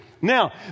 Now